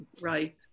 Right